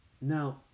Now